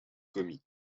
comics